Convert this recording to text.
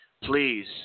Please